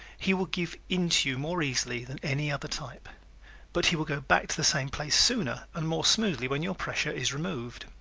he will give in to you more easily than any other type but he will go back to the same place sooner and more smoothly when your pressure is removed.